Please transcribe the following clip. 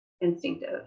instinctive